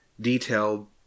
detailed